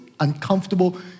uncomfortable